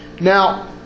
Now